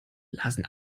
lasen